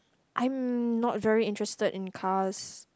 I'm not very interested in cars